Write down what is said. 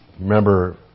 remember